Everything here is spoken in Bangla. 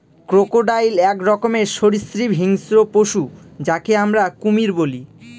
ক্রোকোডাইল এক রকমের সরীসৃপ হিংস্র পশু যাকে আমরা কুমির বলি